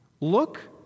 Look